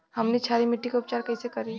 हमनी क्षारीय मिट्टी क उपचार कइसे करी?